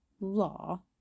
law